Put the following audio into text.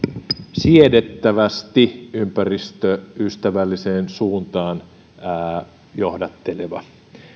siedettävästi ympäristöystävälliseen suuntaan johdatteleva